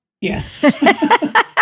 Yes